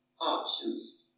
options